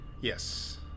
Yes